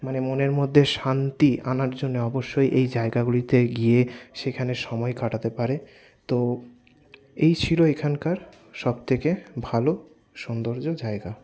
মানে মনের মধ্যে শান্তি আনার জন্যে অবশ্যই এই জায়গাগুলিতে গিয়ে সেইখানে সময় কাটাতে পারে তো এই ছিল এইখানকার সব থেকে ভালো সৌন্দর্য জায়গা